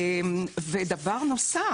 דבר נוסף,